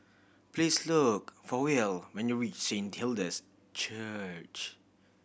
please look for Will when you reach Saint Hilda's Church